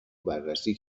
بررسی